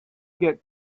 get